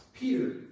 Peter